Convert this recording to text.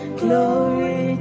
glory